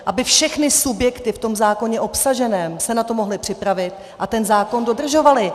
Aby všechny subjekty v tom zákoně obsažené se na to mohly připravit a ten zákon dodržovaly.